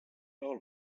laul